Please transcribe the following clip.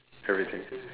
everything